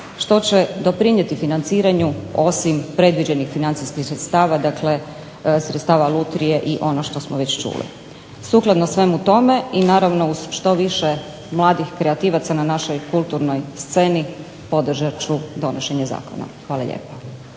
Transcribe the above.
što će doprinijeti financiranju osim predviđenih financijskih sredstava, dakle sredstava lutrije i ono što smo već čuli. Sukladno svemu tome i naravno uz što više mladih kreativaca na našoj kulturnoj sceni, podržat ću donošenje zakona. Hvala lijepo.